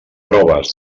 proves